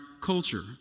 culture